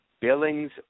Billings